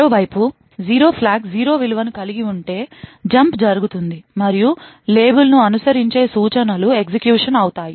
మరోవైపు 0 ఫ్లాగ్ 0 విలువను కలిగి ఉంటే అక్కడ ఒక జంప్ జరుగుతుంది మరియు లేబుల్ను అనుసరించే సూచనలు ఎగ్జిక్యూషన్ అవుతాయి